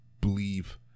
believe